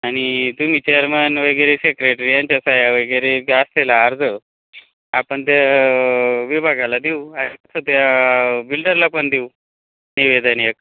आणि तुम्ही चेरमन वैगेरे सेक्रेटरि यांच्या सह्या वैगेरे जर असलेला अर्ज आपण त्या विभागाला देऊ आ कसं त्या बिल्डरला पण देऊ निवेदन आणि एक